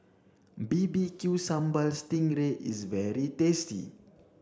B B Q sambal sting ray is very tasty